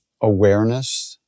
awareness